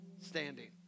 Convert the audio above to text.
standing